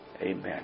Amen